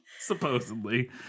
Supposedly